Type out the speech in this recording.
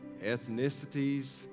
ethnicities